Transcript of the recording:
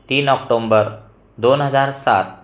तीन ऑक्टोंबर दोन हजार सात